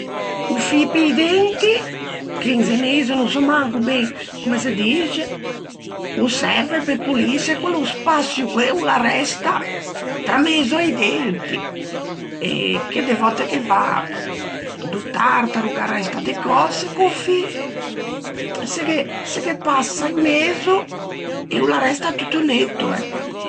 O fî pe-i denti, che in zeneise no sò manco ben comme se dixe, o serve pe polîse quello spaçio che o l'arresta tramezo a-i denti, e che de vòtte ghe va do tartaro gh'arresta de cöse; co-o fî se ghe, se ghe passa in mezo e o l'arresta tutto netto, ecco.